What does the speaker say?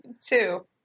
Two